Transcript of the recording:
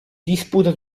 disputa